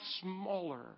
smaller